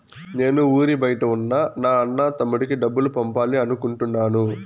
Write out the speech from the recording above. నేను ఊరి బయట ఉన్న నా అన్న, తమ్ముడికి డబ్బులు పంపాలి అనుకుంటున్నాను